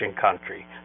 country